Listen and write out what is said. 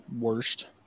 worst